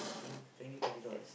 t~ twenty thirty dollars